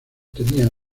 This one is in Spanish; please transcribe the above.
tenía